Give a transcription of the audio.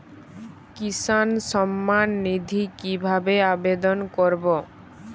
কিষান সম্মাননিধি কিভাবে আবেদন করব?